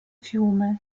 fiume